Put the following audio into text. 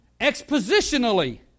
expositionally